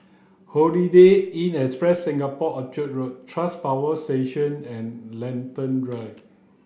Holiday Inn Express Singapore Orchard Road Tuas Power Station and Lentor Drive